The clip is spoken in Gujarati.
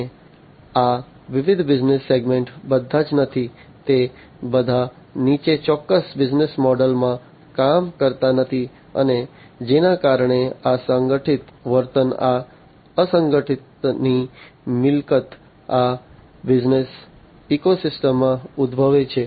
અને આ વિવિધ બિઝનેસ સેગમેન્ટ્સ બધા જ નથી તે બધા નીચેના ચોક્કસ બિઝનેસ મોડલમાં કામ કરતા નથી અને જેના કારણે આ અસંગઠિત વર્તન આ અસંગઠિતની મિલકત આ બિઝનેસ ઇકોસિસ્ટમ્સમાં ઉદ્ભવે છે